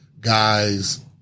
guys